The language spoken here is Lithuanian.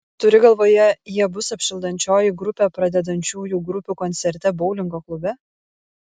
turi galvoje jie bus apšildančioji grupė pradedančiųjų grupių koncerte boulingo klube